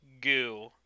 goo